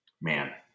Man